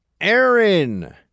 Aaron